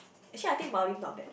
actually I think Maldives not bad